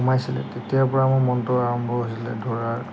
সোমাইছিলে তেতিয়াৰ পৰা মোৰ মনটো আৰম্ভ হৈছিলে দৌৰাৰ